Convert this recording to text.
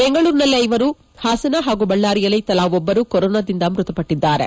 ಬೆಂಗಳೂರಿನಲ್ಲಿ ಐವರು ಹಾಸನ ಹಾಗೂ ಬಳ್ಮಾರಿಯಲ್ಲಿ ತಲಾ ಒಬ್ಬರು ಕೊರೋನಾದಿಂದ ಮೃತಪಟ್ಟಿದ್ದಾರೆ